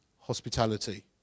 hospitality